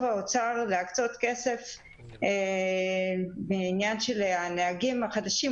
האוצר להקצות כסף לעניין הנהגים החדשים,